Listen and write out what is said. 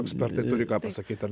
ekspertai turi ką pasakyt ar